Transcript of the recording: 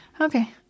okay